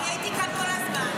אני הייתי כאן כל הזמן,